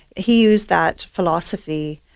he used that philosophy,